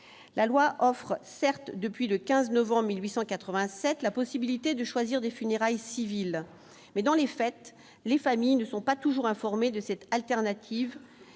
la loi offre certes, depuis le 15 novembre 1887 la possibilité de choisir des funérailles civiles mais dans les fêtes, les familles ne sont pas toujours informés de cette alternative